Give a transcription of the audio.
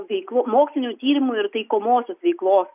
veiklų mokslinių tyrimų ir taikomosios veiklos